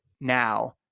now